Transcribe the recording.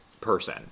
person